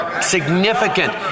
significant